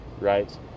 right